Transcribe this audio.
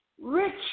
Rich